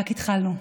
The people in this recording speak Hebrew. רק התחלנו.